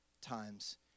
times